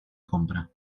compra